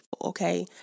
okay